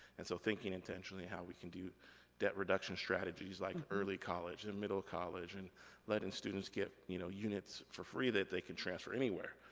and so thinking intentionally, how we can do debt reduction strategies like early college, and middle college, and letting students get you know units for free that they can transfer anywhere.